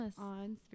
on